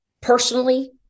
personally